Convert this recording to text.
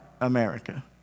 America